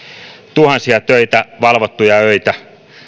tuhansia töitä valvottuja öitä